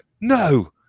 No